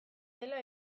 dela